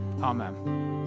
Amen